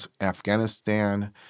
Afghanistan